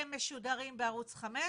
הם משודרים בערוץ חמש,